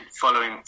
following